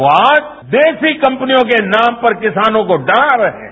वो आज देशी कम्पनियों के नाम पर किसानों को डरा रहे हैं